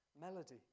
melody